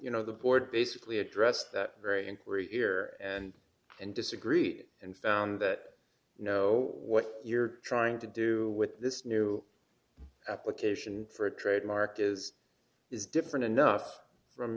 you know the board basically addressed that very inquiry ear and and disagreed and found that you know what you're trying to do with this new application for a trademark is is different enough from